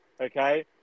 okay